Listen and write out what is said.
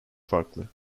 farklı